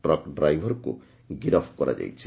ଟ୍ରକ୍ର ଡ୍ରାଇଭରକୁ ଗିରଫ କରାଯାଇଛି